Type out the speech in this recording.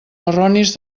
erronis